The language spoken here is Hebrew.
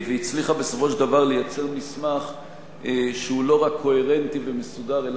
והצליחה בסופו של דבר לייצר מסמך שהוא לא רק קוהרנטי ומסודר,